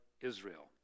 Israel